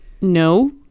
no